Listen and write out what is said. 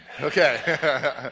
okay